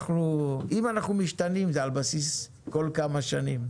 אם אנחנו משתנים זה על בסיס כל כמה שנים.